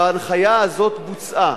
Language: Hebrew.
וההנחיה הזאת בוצעה.